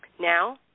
Now